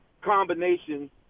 combination